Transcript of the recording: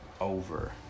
over